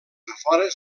afores